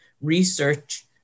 research